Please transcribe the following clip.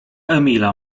emila